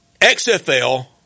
XFL